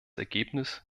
ergebnis